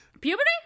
puberty